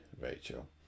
Rachel